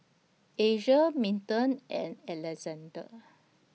Asia Milton and Alexande